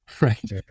Right